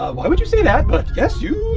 why would you say that? but yes, you